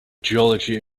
geology